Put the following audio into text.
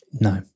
No